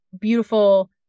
beautiful